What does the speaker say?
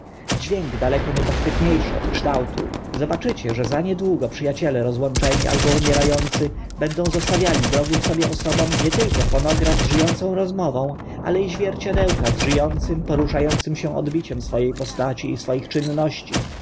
dźwięk daleko niepochwytnie szy od kształtu zobaczycie że niezadługo przy aciele rozłączeni albo umiera ący będą zostawiali drogim sobie osobom nie tylko fonograf z ży ącą rozmową ale i zwierciadełka z ży ącym porusza ącym się odbiciem swo e postaci i swoich czynności